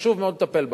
שחשוב מאוד לטפל בהם.